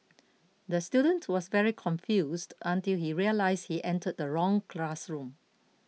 the student was very confused until he realised he entered the wrong classroom